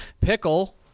Pickle